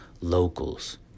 locals